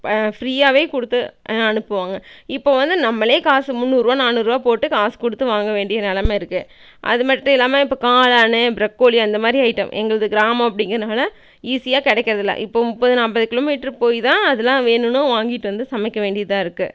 ஃப்ரீயாகவே கொடுத்து அனுப்புவாங்க இப்போ வந்து நம்மளே காசு முந்நூறுரூவா நானூறுரூவா போட்டு காசு கொடுத்து வாங்க வேண்டிய நிலம இருக்கு அது மட்டும் இல்லாமல் இப்போ காளானு ப்ரக்கோலி அந்த மாரி ஐட்டம் எங்களுது கிராமம் அப்படிங்கறதுனால ஈஸியாக கிடைக்கறதில்ல இப்போ முப்பது நாற்பது கிலோ மீட்ரு போய் தான் அதெல்லாம் வேணுன்னா வாங்கிட்டு வந்து சமைக்க வேண்டியதாக இருக்கு